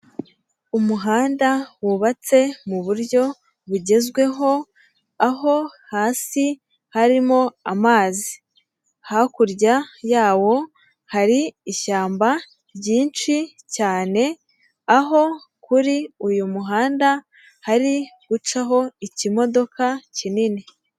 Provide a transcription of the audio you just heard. Umuhanda wubatse mu buryo bugezweho aho hasi harimo amazi, hakurya yawo hari ishyamba ryinshi cyane, aho kuri uyu muhanda hari gucaho ikimodoka kinini.